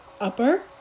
Upper